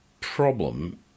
problem